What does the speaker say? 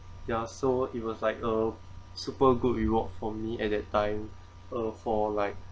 ya so it was like a super good reward for me at that time uh for like